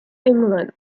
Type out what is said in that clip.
england